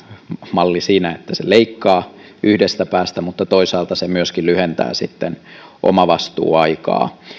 malli siinä että se leikkaa yhdestä päästä mutta toisaalta se myöskin lyhentää omavastuuaikaa